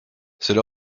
cela